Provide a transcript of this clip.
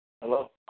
Hello